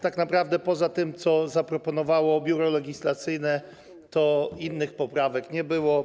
Tak naprawdę poza tym, co zaproponowało Biuro Legislacyjne, innych poprawek nie było.